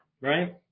right